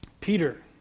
Peter